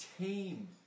Tame